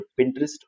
Pinterest